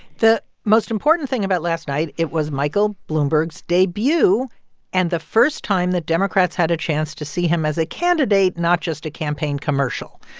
the most important thing about last night it was michael bloomberg's debut and the first time that democrats had a chance to see him as a candidate, not just a campaign commercial.